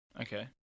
okay